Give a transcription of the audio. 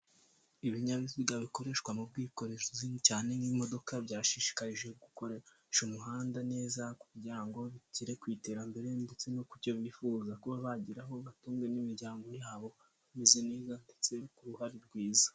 Ibinyabiziga bikoreshwa mu bwikorezi nini cyane nk'imodoka byashishikarije gukoresha umuhanda neza kugira ngo bigere ku iterambere ndetse no ku cyo bifuza kuba bageraho batunwe n'imiryango yabo bameze neza ndetse n'uruhare rwiza.